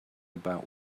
about